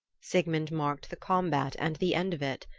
sigmund marked the combat and the end of it.